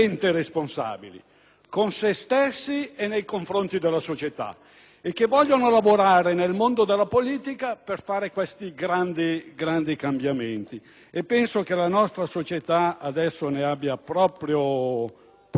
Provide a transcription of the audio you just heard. con se stessi e nei confronti della società, e che vogliono operare nel mondo della politica per realizzare questi grandi cambiamenti, di cui ritengo la nostra società adesso abbia davvero tanto bisogno.